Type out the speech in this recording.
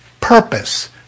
purpose